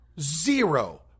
Zero